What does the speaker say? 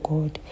God